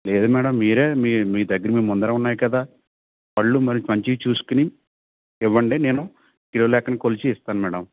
లేదు మేడం మీరే మీ మీ దగ్గర మీ ముందరే ఉన్నాయి కదా పళ్ళు మరి మంచివి చూసుకుని ఇవ్వండి నేను కిలో లెక్కన కొలిచి ఇస్తాను మేడం